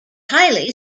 highly